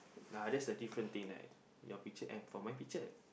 lah that's a different thing like your picture and for my picture